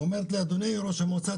היא אומרת לי: אדוני ראש המועצה,